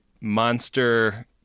monster